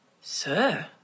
Sir